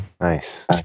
Nice